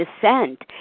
descent